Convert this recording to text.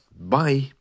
Bye